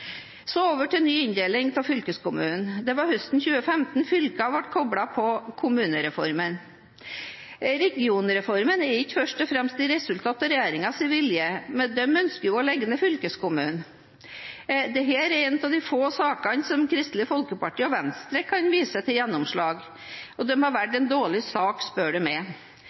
Så over til ny inndeling av fylkeskommunene. Det var høsten 2015 fylkene ble koplet på kommunereformen. Regionreformen er ikke først og fremst et resultat av regjeringens vilje. Den ønsker jo å legge ned fylkeskommunene. Dette er en av de få sakene der Kristelig Folkeparti og Venstre kan vise til gjennomslag. De har valgt en dårlig sak, spør du meg. Stortingsflertallet, alle partier unntatt Høyre og Fremskrittspartiet, sa under behandlingen i 2015 at de